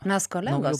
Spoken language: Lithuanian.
mes kolegos